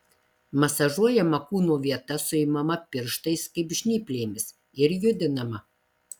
masažuojama kūno vieta suimama pirštais kaip žnyplėmis ir judinama